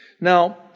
Now